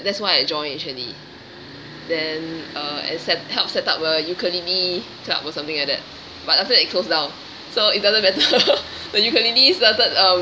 that's why I joined actually then uh and set help set up a ukulele club or something like that but after that it closed down so it doesn't matter but ukulele started um